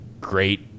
great